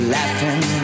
laughing